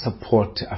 support